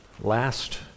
Last